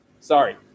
Sorry